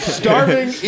starving